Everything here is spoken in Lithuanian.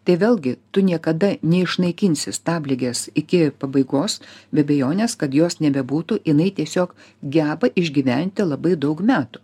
tai vėlgi tu niekada neišnaikinsi stabligės iki pabaigos be abejonės kad jos nebebūtų jinai tiesiog geba išgyventi labai daug metų